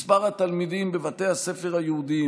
מספר התלמידים בבתי הספר היהודיים